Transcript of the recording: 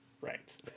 Right